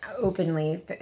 openly